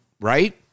right